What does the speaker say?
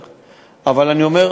אבל אני אומר,